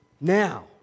now